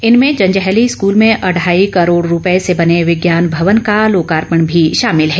इनमें जंजैहली स्कूल में अढ़ाई करोड़ रूपए से बने विज्ञान भवन का लोकार्पण भी शामिल है